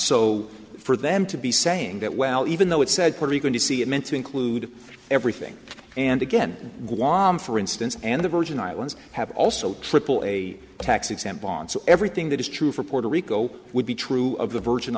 so for them to be saying that well even though it said probably going to see it meant to include everything and again guam for instance and the virgin islands have also triple a tax exempt bonds everything that is true for puerto rico would be true of the virgin